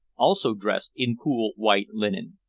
also dressed in cool white linen.